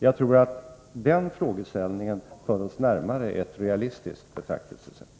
Jag tror att den frågeställningen för oss närmare ett realistiskt betraktelsesätt.